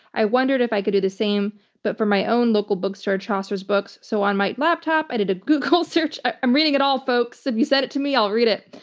i wondered if i could do the same but for my own local bookstore, chaucer's books. so on my laptop, i did a google search. i'm reading it all, folks. if you send it to me, i'll read it.